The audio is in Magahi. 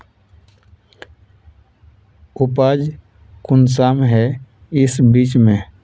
उपज कुंसम है इस बीज में?